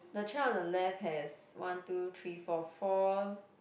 the chair on the left has one two three four four